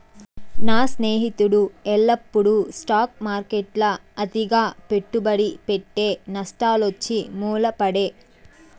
నా స్నేహితుడు ఎల్లప్పుడూ స్టాక్ మార్కెట్ల అతిగా పెట్టుబడి పెట్టె, నష్టాలొచ్చి మూల పడే